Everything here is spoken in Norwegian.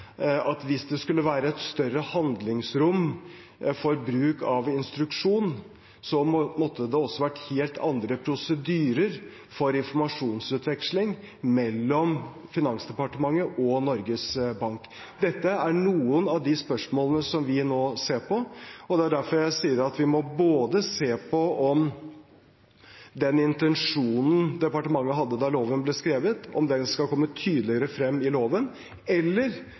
at hvis det skulle være et større handlingsrom for bruk av instruksjon, måtte det også vært helt andre prosedyrer for informasjonsutveksling mellom Finansdepartementet og Norges Bank. Dette er noen av de spørsmålene vi nå ser på, og det er derfor jeg sier at vi må se på om den intensjonen departementet hadde da loven ble skrevet, skal komme tydeligere frem i loven, eller